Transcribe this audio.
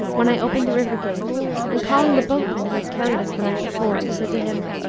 when i opened the river-gate and, calling the boatman who had carried us the night before, said to him,